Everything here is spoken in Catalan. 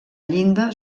llinda